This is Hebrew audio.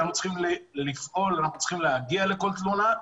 אנחנו צריכים לפעול ולהגיע לכל תלונה.